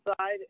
side